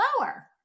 lower